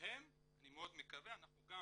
והם, אני מאוד מקווה, אנחנו גם